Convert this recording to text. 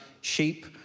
sheep